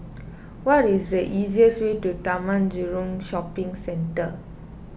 what is the easiest way to Taman Jurong Shopping Centre